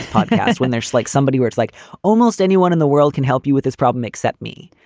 but because when there's like somebody, words like almost anyone in the world can help you with his problem except me.